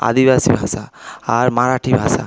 আদিবাসী ভাষা আর মারাঠি ভাষা